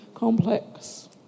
complex